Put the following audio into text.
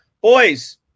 Boys